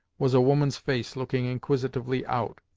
was a woman's face looking inquisitively out.